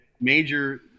Major